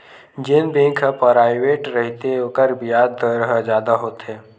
जेन बेंक ह पराइवेंट रहिथे ओखर बियाज दर ह जादा होथे